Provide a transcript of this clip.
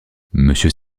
monsieur